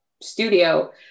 studio